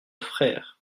frère